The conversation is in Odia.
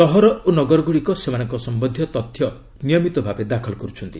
ସହର ଓ ନଗରଗ୍ରଡ଼ିକ ସେମାନଙ୍କ ସମ୍ବନ୍ଧୀୟ ତଥ୍ୟ ନିୟମିତ ଭାବେ ଦାଖଲ କର୍ତ୍ଥନ୍ତି